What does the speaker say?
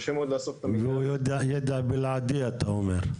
קשה מאוד לעשות -- והוא ידע בלעדי אתה אומר.